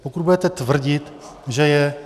Pokud budete tvrdit, že je...